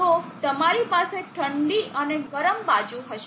તો તમારી પાસે ઠંડી અને ગરમ બાજુ હશે